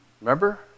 Remember